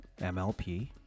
MLP